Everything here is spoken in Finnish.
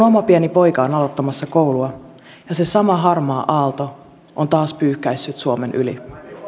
oma pieni poikani on aloittamassa koulua ja se sama harmaa aalto on taas pyyhkäissyt suomen yli